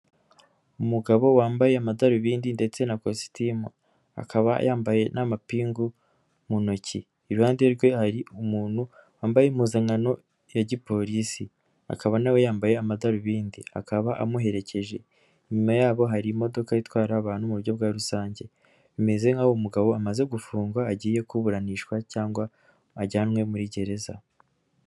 Umugabo wambaye amadarubindi ndetse na kositimu, akaba yambaye n'amapingu mu ntoki, iruhande rwe hari umuntu wambaye impuzankano ya giporisi akaba nawe yambaye amadarubindi, akaba amuherekeje, inyuma yabo hari imodoka itwara abantu mu buryo bwa rusange, bimeze nk'aho umugabo amaze gufungwa agiye kuburanishwa cyangwa ajyanywe muri gereza.